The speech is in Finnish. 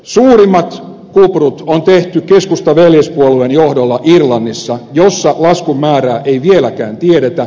suurimmat kuprut on tehty keskustan veljespuolueen johdolla irlannissa jossa laskun määrää ei vieläkään tiedetä